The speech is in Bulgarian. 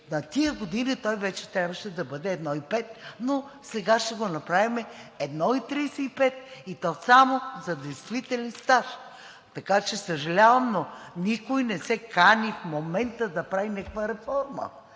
на тези години той трябваше да бъде 1,5, но сега ще го направим 1,35, и то само за действителен стаж. Така че съжалявам, но никой не се кани в момента да прави някаква реформа.